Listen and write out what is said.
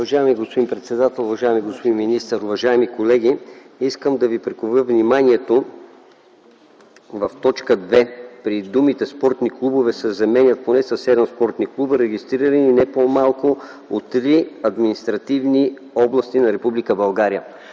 Уважаеми господин председател, уважаеми господин министър, уважаеми колеги! Искам да прикова вниманието ви върху т. 2, където думите „спортни клубове” се заменят с „поне 7 спортни клуба, регистрирани в не по-малко от три административни области на